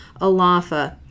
ALAFA